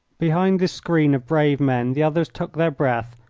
behind this screen of brave men the others took their breath,